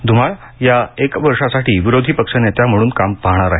ध्रमाळ या एक वर्षासाठी विरोधीपक्षनेत्या म्हणून काम पाहणार आहेत